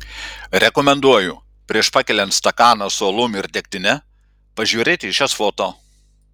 rekomenduoju prieš pakeliant stakaną su alum ir degtine pažiūrėti į šias foto